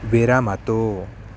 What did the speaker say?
विरमतु